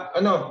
ano